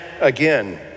again